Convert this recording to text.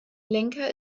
lenker